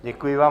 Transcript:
Děkuji vám.